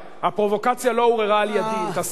הפרובוקציה לא עוררה על-ידי, אם תשים לב.